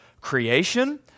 creation